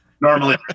normally